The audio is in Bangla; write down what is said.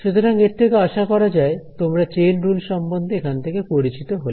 সুতরাং এর থেকে আশা করা যায় তোমরা চেইন রুল সম্বন্ধে এখান থেকে পরিচিত হলে